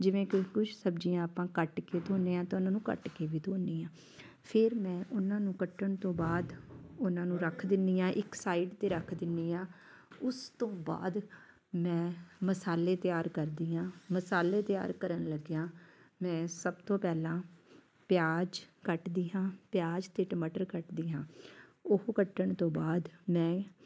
ਜਿਵੇਂ ਕੋਈ ਕੁਛ ਸਬਜ਼ੀਆਂ ਆਪਾਂ ਕੱਟ ਕੇ ਧੋਂਦੇ ਹਾਂ ਤਾਂ ਉਹਨਾਂ ਨੂੰ ਕੱਟ ਕੇ ਵੀ ਧੋਂਦੀ ਹਾਂ ਫਿਰ ਮੈਂ ਉਹਨਾਂ ਨੂੰ ਕੱਟਣ ਤੋਂ ਬਾਅਦ ਉਹਨਾਂ ਨੂੰ ਰੱਖ ਦਿੰਦੀ ਹਾਂ ਇੱਕ ਸਾਈਡ 'ਤੇ ਰੱਖ ਦਿੰਦੀ ਹਾਂ ਉਸ ਤੋਂ ਬਾਅਦ ਮੈਂ ਮਸਾਲੇ ਤਿਆਰ ਕਰਦੀ ਹਾਂ ਮਸਾਲੇ ਤਿਆਰ ਕਰਨ ਲੱਗਿਆਂ ਮੈਂ ਸਭ ਤੋਂ ਪਹਿਲਾਂ ਪਿਆਜ ਕੱਟਦੀ ਹਾਂ ਪਿਆਜ ਅਤੇ ਟਮਾਟਰ ਕੱਟਦੀ ਹਾਂ ਉਹ ਕੱਟਣ ਤੋਂ ਬਾਅਦ ਮੈਂ